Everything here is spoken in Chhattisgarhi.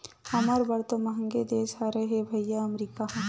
हमर बर तो मंहगे देश हरे रे भइया अमरीका ह